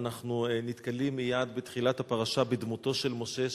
ואנחנו נתקלים מייד בתחילת הפרשה בדמותו של משה,